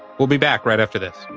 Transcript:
we'll be back right after this.